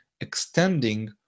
extending